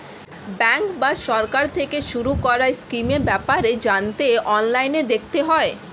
bank বা সরকার থেকে শুরু করা স্কিমের ব্যাপারে জানতে অনলাইনে দেখতে হয়